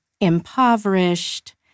impoverished